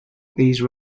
these